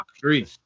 three